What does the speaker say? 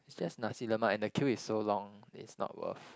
is just Nasi-Lemak and the queue is so long is not worth